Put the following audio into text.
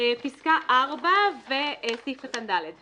פסקה סעיף קטן (ד).